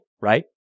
right